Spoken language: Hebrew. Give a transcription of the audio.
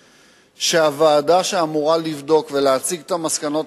שהוועדה שאמורה לבדוק ולהציג את המסקנות,